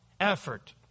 effort